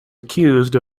accused